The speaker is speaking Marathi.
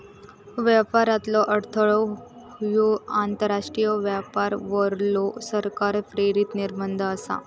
व्यापारातलो अडथळो ह्यो आंतरराष्ट्रीय व्यापारावरलो सरकार प्रेरित निर्बंध आसा